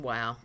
Wow